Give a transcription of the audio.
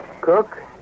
Cook